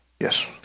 Yes